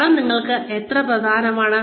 പണം നിങ്ങൾക്ക് എത്ര പ്രധാനമാണ്